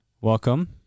welcome